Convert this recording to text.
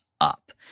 up